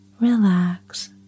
relax